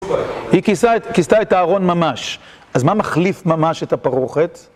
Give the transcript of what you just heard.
היא כיסתה את הארון ממש, אז מה מחליף ממש את הפרוכת?